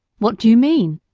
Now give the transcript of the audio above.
what do you mean?